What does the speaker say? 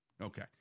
Okay